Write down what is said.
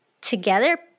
together